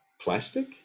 plastic